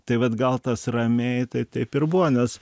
tai vat gal tas ramiai tai taip ir buvo nes